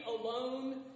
alone